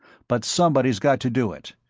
but somebody's got to do it,